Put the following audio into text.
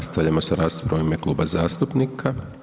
Nastavljamo s raspravom u ime kluba zastupnika.